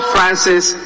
Francis